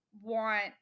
want